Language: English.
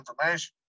information